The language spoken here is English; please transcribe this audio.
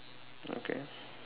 okay